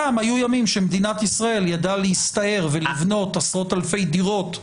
פעם היו זמנים שמדינת ישראל ידעה להסתער ולבנות עשרות אלפי דירות.